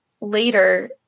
Later